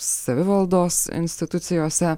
savivaldos institucijose